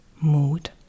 mood